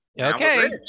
okay